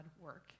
work